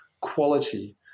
quality